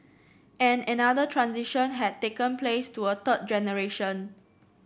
and another transition had taken place to a third generation